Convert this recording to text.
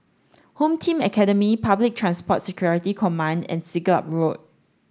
Home Team Academy Public Transport Security Command and Siglap Road